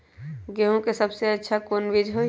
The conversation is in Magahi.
गेंहू के सबसे अच्छा कौन बीज होई?